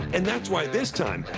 and that's why this time,